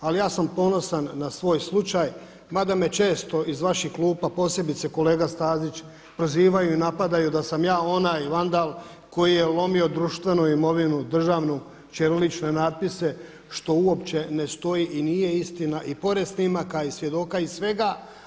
Ali ja sam ponosan na svoj slučaj, mada me često iz vaših klupa posebice kolega Stazić prozivaju i napadaju da sam ja onaj vandal koji je lomio društvenu imovinu državnu ćirilične natpise što uopće ne stoji i nije istina i pored snimaka i svjedoka i svega.